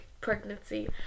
pregnancy